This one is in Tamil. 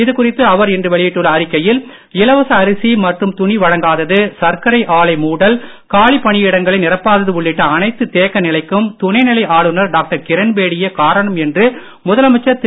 இது குறித்து அவர் இன்று வெளியிட்டுள்ள அறிக்கையில் இலவச அரிசி மற்றும் துணி வழங்காதது சர்க்கரை ஆலை மூடல் காலிப்பணியிடங்களை நிரப்பாதது உள்ளிட்ட அனைத்து தேக்க நிலைக்கும் துணைநிலை ஆளுநர் டாக்டர் கிரண்பேடியே காரணம் என்று முதலமைச்சர் திரு